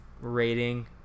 rating